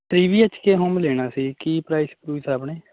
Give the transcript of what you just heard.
three B H K home ਲੈਣਾ ਸੀ ਕੀ ਪ੍ਰਾਈਸ ਪਰੂਸ ਆ ਆਪਣੇ